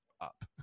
up